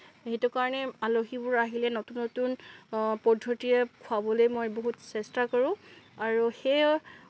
সেইটো কাৰণে আলহীবোৰ আহিলে নতুন নতুন পদ্ধতিৰে খোৱাবলৈ মই বহুত চেষ্টা কৰোঁ আৰু সেইয়া